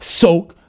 soak